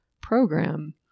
program